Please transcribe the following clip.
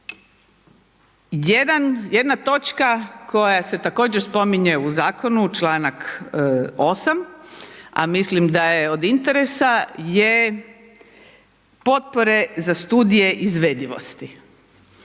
Jedna točka koja se također spominje u zakonu, članak 8., a mislim da je od interesa, je potpore za studije izvedivosti.